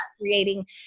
creating